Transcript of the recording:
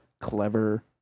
clever